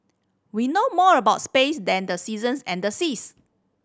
we know more about space than the seasons and the seas